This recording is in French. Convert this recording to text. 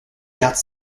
garde